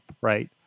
right